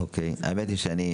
האמת היא שאני,